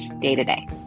day-to-day